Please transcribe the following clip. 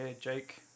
Jake